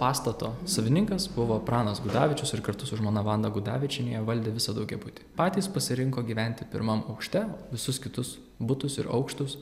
pastato savininkas buvo pranas gudavičius ir kartu su žmona vanda gudavičiene jie valdė visą daugiabutį patys pasirinko gyventi pirmam aukšte visus kitus butus ir aukštus